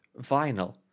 vinyl